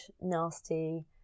nasty